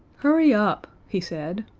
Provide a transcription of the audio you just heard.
hurry up, he said.